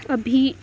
ابھی